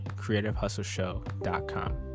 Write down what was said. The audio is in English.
creativehustleshow.com